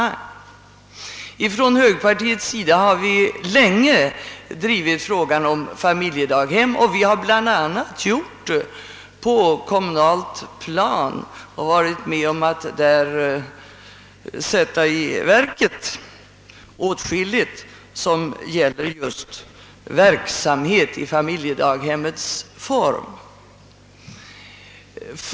Från högerpartiets sida har vi länge drivit frågan om familjedaghem; bl.a. har vi på det kommunala planet varit med om att sätta i verket åtskillig verksamhet just i familjedaghemmets form.